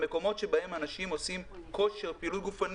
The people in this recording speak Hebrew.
המקומות שבהם אנשים עושים כושר ופעילות גופנית,